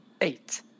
eight